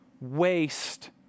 waste